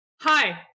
Hi